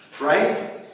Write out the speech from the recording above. Right